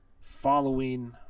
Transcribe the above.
following